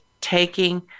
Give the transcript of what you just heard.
taking